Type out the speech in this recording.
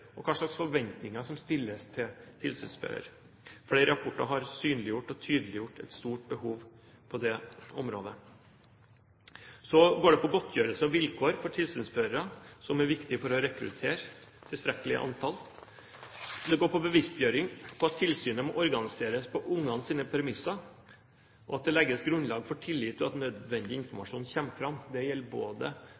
– hva slags forventninger som stilles til tilsynsfører. Flere rapporter har synliggjort og tydeliggjort et stort behov på det området. Så går det på godtgjørelse og vilkår for tilsynsførere, noe som er viktig for å rekruttere et tilstrekkelig antall. Det går på bevisstgjøring på at tilsynet må organiseres på ungenes premisser, slik at det legges grunnlag for tillit, og at nødvendig